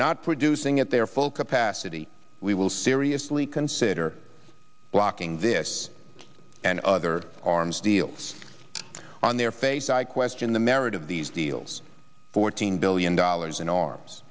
not producing at their focus pass city we will seriously consider blocking this and other arms deals on their face i question the merit of these deals fourteen billion dollars in arms